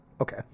okay